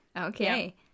okay